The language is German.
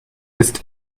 ist